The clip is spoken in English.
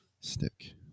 Stick